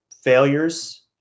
failures